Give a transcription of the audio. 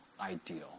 ideal